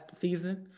season